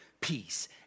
peace